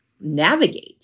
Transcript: navigate